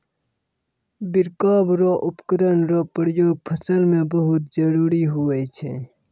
छिड़काव रो उपकरण रो प्रयोग फसल मे बहुत जरुरी हुवै छै